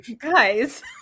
guys